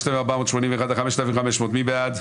רוויזיה על הסתייגויות 4360-4341, מי בעד?